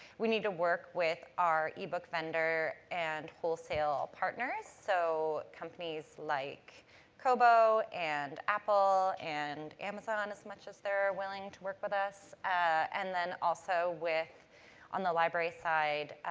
we need to work with our ebook vendor and wholesale partners. so, companies like kobo, and apple, and amazon, as much as they're willing to work with us. and then also, on the library side,